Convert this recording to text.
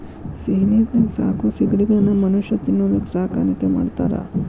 ಸಿಹಿನೇರಿನ್ಯಾಗ ಸಾಕೋ ಸಿಗಡಿಗಳನ್ನ ಮನುಷ್ಯ ತಿನ್ನೋದಕ್ಕ ಸಾಕಾಣಿಕೆ ಮಾಡ್ತಾರಾ